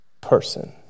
person